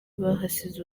bahasize